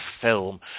film